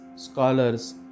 scholars